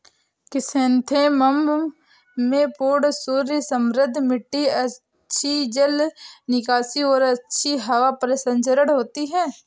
chrysanthemum में पूर्ण सूर्य समृद्ध मिट्टी अच्छी जल निकासी और अच्छी हवा परिसंचरण होती है